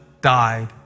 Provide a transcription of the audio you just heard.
died